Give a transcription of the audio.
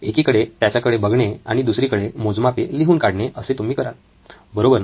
एकीकडे त्याच्याकडे बघणे आणि दुसरीकडे मोजमापे लिहून काढणे असे तुम्ही कराल बरोबर ना